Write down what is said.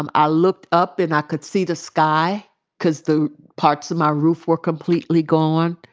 um i looked up and i could see the sky because the parts of my roof were completely gone.